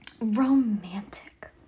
Romantic